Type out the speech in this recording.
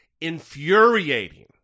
infuriating